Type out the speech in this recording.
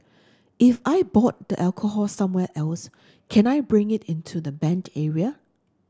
if I bought the alcohol somewhere else can I bring it into the banned area